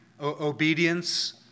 obedience